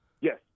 Yes